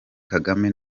kagame